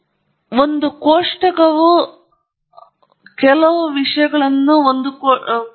ಇದು ನಿಮ್ಮ ಪ್ರಯೋಗವಾಗಿದ್ದರೂ ಸಹ ನೀವು ಹೊಂದಿರುವಂತಹ ಒಂದೇ ಸಂಖ್ಯೆಯ ಸಂಖ್ಯೆಗಳಿವೆ ಆದರೆ ಖಚಿತವಾಗಿ ಕೆಲವು ವೈಶಿಷ್ಟ್ಯಗಳನ್ನು ತೋರಿಸಲು ಗ್ರಾಫ್ ಟೇಬಲ್ಗಿಂತ ಉತ್ತಮವಾಗಿದೆ